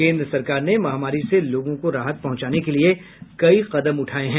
केन्द्र सरकार ने महामारी से लोगों को राहत पहुंचाने के लिए कई कदम उठाये हैं